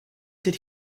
did